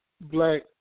black